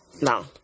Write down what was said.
No